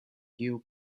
yield